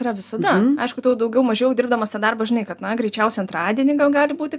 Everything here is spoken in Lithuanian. yra visada aišku tu jau daugiau mažiau dirbdamas tą darbą žinai kad na greičiausiai antradienį gal gali būti